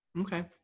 Okay